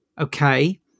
okay